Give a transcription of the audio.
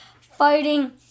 fighting